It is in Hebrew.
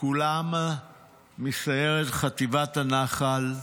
כולם מסיירת חטיבת הנח"ל.